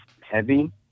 heavy